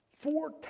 Four